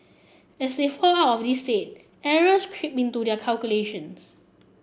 as they fall out of this state errors creep into their calculations